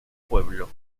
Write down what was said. pueblo